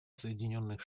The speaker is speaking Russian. соединенных